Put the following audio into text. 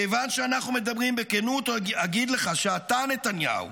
כיוון שאנחנו מדברים בכנות, אגיד לך שאתה, נתניהו,